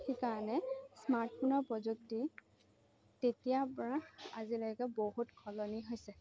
সেইকাৰণে স্মাৰ্ট ফোনৰ প্ৰযুক্তি তেতিয়াৰ পৰা আজিলৈকে বহুত সলনি হৈছে